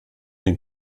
den